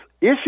issue